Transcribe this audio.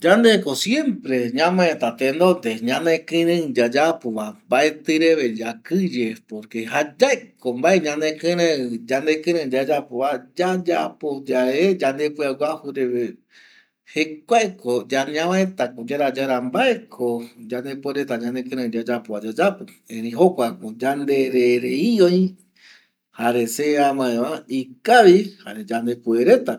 Yande ko siempre ñamaeta tenonde yande kɨrëi yayapova mbaetɨ reve yakɨye porque jayae ko yandekɨrëi yayapova yandepɨa guaju ndieva jokuako ñamaeta mbaeko yande kɨrëi yayapova yayapo erëi jokua ko yande rerei öi jare se amaeva ikavi jare yande pueretava